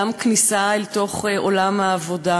גם כניסה לתוך עולם העבודה.